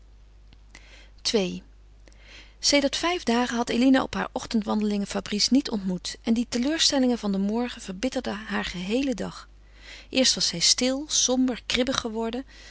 ii sedert vijf dagen had eline op haar ochtendwandelingen fabrice niet ontmoet en die teleurstellingen van den morgen verbitterden haar geheelen dag eerst was zij stil somber kribbig geworden